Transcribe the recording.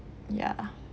yeah